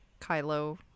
Kylo